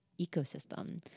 ecosystem